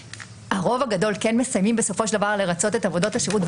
הרוב הגדול כן מסיימים בסופו של דבר לרצות את עבודות השירות.